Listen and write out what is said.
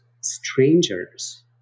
strangers